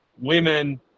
women